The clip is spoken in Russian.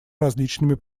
различными